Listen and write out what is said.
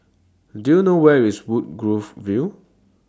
Do YOU know Where IS Woodgrove View